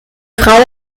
frau